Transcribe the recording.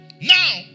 Now